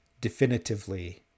definitively